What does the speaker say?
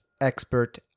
expert